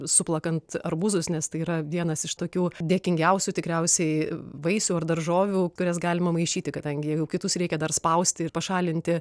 suplakant arbūzus nes tai yra vienas iš tokių dėkingiausių tikriausiai vaisių ar daržovių kurias galima maišyti kadangi jau kitus reikia dar spausti ir pašalinti